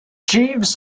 jeeves